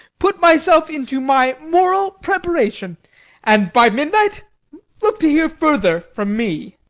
put myself into my mortal preparation and by midnight look to hear further from me.